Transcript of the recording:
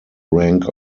rank